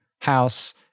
house